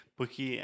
Porque